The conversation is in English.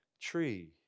tree